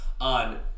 on